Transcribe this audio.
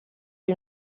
you